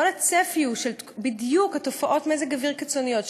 כל הצפי הוא בדיוק של תופעות מזג אוויר קיצוניות,